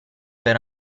per